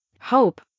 Hope